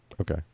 Okay